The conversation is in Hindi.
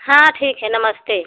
हाँ ठीक है नमस्ते